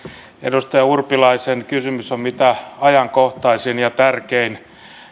edustaja urpilaisen kysymys on mitä ajankohtaisin ja tärkein